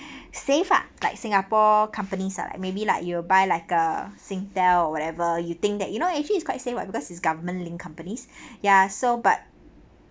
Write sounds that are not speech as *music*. *breath* safe ah like singapore companies ah maybe like you'll buy like uh SingTel or whatever you think that you know actually it's quite safe ah because is government linked companies ya so but